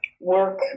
work